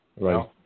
Right